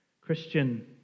Christian